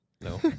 No